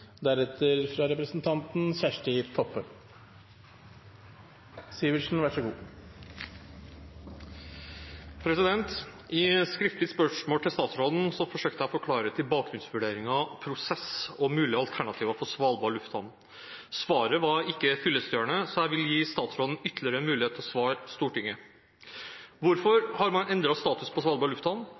til statsråden forsøkte jeg å få klarhet i bakgrunnsvurderinger, prosess og mulige alternativer for Svalbard lufthavn. Svaret var ikke fyllestgjørende, så jeg vil gi statsråden ytterligere en mulighet til å svare Stortinget. Hvorfor har man endret status på Svalbard lufthavn, hvilke analyser av konsekvensene er gjort, hva viser disse analysene, og hva skal til for å opprettholde statusen som internasjonal lufthavn